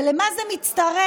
ולמה זה מצטרף?